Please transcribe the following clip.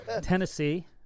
Tennessee